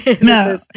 No